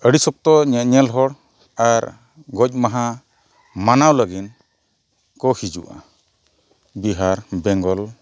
ᱟᱹᱰᱤ ᱥᱚᱠᱛᱚ ᱧᱮᱧᱮᱞ ᱦᱚᱲ ᱟᱨ ᱜᱚᱡ ᱢᱟᱦᱟ ᱢᱟᱱᱟᱣ ᱞᱟᱹᱜᱤᱫ ᱠᱚ ᱦᱤᱡᱩᱜᱼᱟ ᱵᱤᱦᱟᱨ ᱵᱮᱝᱜᱚᱞ